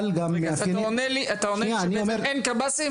רגע, אז אתה אומר לי שאין קב״סים?